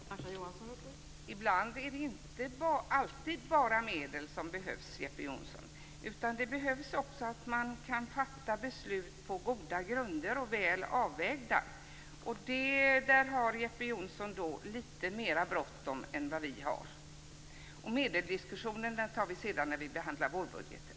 Fru talman! Det är inte alltid enbart medel som behövs, Jeppe Johnsson. Det behövs också att man kan fatta beslut på goda grunder, beslut som är väl avvägda. Där har Jeppe Johnsson lite mer bråttom än vi har. Medelsdiskussionen tar vi när vi behandlar vårbudgeten.